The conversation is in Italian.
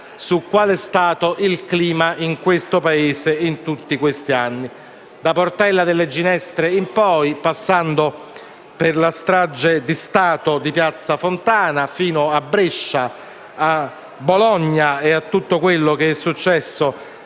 su quale sia stato il clima in questo Paese in tutti questi anni, da Portella della Ginestra in poi, passando per la strage di Stato di Piazza Fontana, fino alle stragi di Brescia, Bologna e a tutto quello che è accaduto